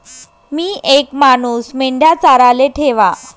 मी येक मानूस मेंढया चाराले ठेवा